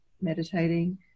meditating